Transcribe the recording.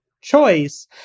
choice